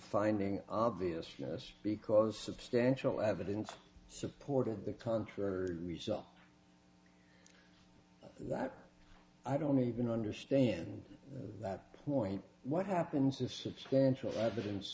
finding obvious yes because substantial evidence supported the contrary result that i don't even understand that point what happens if substantial evidence